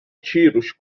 tiro